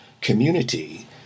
community